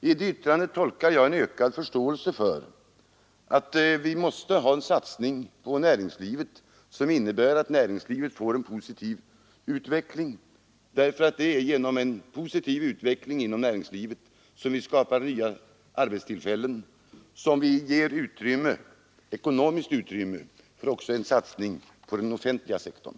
I det yttrandet tolkar jag en ökad förståelse för att vi måste ha en satsning på näringslivet, som innebär att näringslivet får en positiv utveckling, därför att det är genom en positiv utveckling inom näringslivet som vi skapar nya arbetstillfällen och som vi ger ekonomiskt utrymme också för en satsning på den offentliga sektorn.